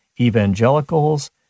evangelicals